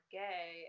gay